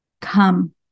Come